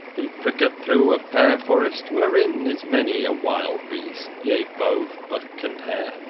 he pricked through a fair forest, wherein is many a wilde beast, yea, bothe buck and hare